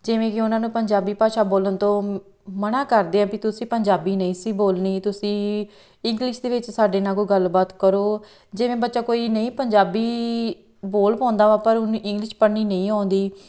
ਜਿਵੇਂ ਕਿ ਉਹਨਾਂ ਨੂੰ ਪੰਜਾਬੀ ਭਾਸ਼ਾ ਬੋਲਣ ਤੋਂ ਮਨ੍ਹਾ ਕਰਦੇ ਆ ਵੀ ਤੁਸੀਂ ਪੰਜਾਬੀ ਨਹੀਂ ਸੀ ਬੋਲਣੀ ਤੁਸੀਂ ਇੰਗਲਿਸ਼ ਦੇ ਵਿੱਚ ਸਾਡੇ ਨਾਲ ਕੋਈ ਗੱਲਬਾਤ ਕਰੋ ਜਿਵੇਂ ਬੱਚਾ ਕੋਈ ਨਹੀਂ ਪੰਜਾਬੀ ਬੋਲ ਪਾਉਂਦਾ ਵਾ ਪਰ ਉਹਨੂੰ ਇੰਗਲਿਸ਼ ਪੜ੍ਹਨੀ ਨਹੀਂ ਆਉਂਦੀ